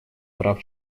прав